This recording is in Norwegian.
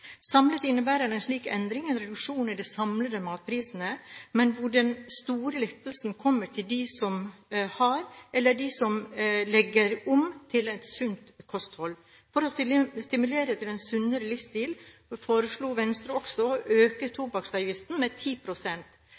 Samlet innebærer en slik endring en reduksjon i de samlede matprisene, men hvor den store lettelsen kommer til dem som har, eller til dem som legger om til et sunt kosthold. For å stimulere til en sunnere livsstil foreslo Venstre også å øke tobakksavgiften med